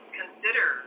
consider